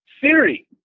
Siri